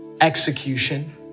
execution